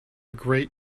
great